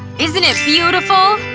isn't it beautiful?